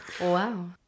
Wow